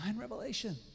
revelation